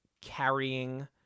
carrying